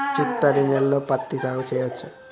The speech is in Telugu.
చిత్తడి నేలలో పత్తిని సాగు చేయచ్చా?